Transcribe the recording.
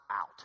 out